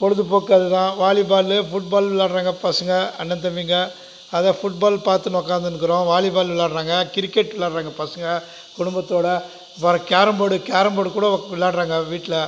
பொழுதுபோக்கு அதுதான் volley ball football விளாடுறாங்க பசங்கள் அண்ணன் தம்பிங்கள் அதை ஃபுட் பால் பார்த்துன்னு உட்காந்துனு இருக்கிறோம் வாலி பால் விளாடுறாங்க கிரிக்கெட் விளாடுறாங்க பசங்கள் குடும்பத்தோடு அப்புறம் கேரம் போடு கேரம் போடு கூட விளாடுறாங்க வீட்டில்